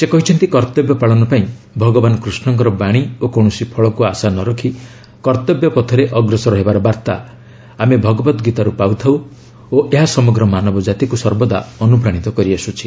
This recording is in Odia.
ସେ କହିଛନ୍ତି କର୍ତ୍ତବ୍ୟ ପାଳନ ପାଇଁ ଭଗବାନ କୃଷ୍ଣଙ୍କର ବାଣୀ ଓ କୌଣସି ଫଳକୁ ଆଶା ନ ରଖି କର୍ତ୍ତବ୍ୟପଥରେ ଅଗ୍ରସର ହେବାର ବାର୍ତ୍ତା ଆମେ ଭଗବତ୍ଗୀତାରୁ ପାଇଥାଉ ଓ ଏହା ସମଗ୍ର ମାନବଜାତିକୁ ସର୍ବଦା ଅନୁପ୍ରାଣୀତ କରିଆସୁଛି